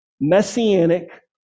messianic